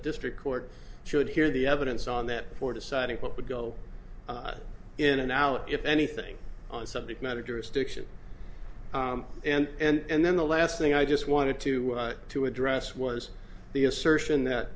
district court should hear the evidence on that before deciding what would go in and out if anything on the subject matter jurisdiction and then the last thing i just wanted to to address was the assertion that